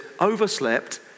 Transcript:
overslept